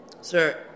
Sir